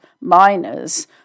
miners